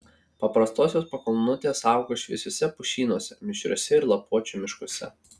paprastosios pakalnutės auga šviesiuose pušynuose mišriuose ir lapuočių miškuose